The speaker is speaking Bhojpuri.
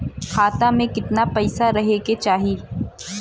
खाता में कितना पैसा रहे के चाही?